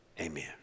Amen